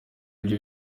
ibyo